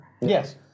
Yes